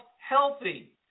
healthy